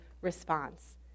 response